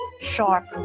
sharp